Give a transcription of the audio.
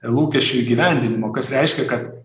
lūkesčių įgyvendinimo kas reiškia kad